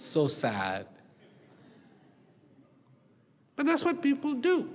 so sad but that's what people do